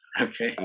Okay